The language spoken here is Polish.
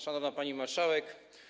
Szanowna Pani Marszałek!